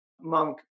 monk